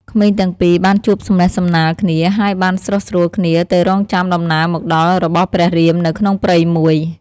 ក្មេងទាំងពីរ បានជួបសំណេះសំណាលគ្នា ហើយបានស្រុះស្រួលគ្នាទៅរង់ចាំដំណើរមកដល់របស់ព្រះរាមនៅក្នុងព្រៃមួយ។